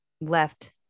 left